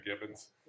Gibbons